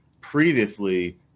previously